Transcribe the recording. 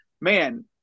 man